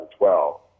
2012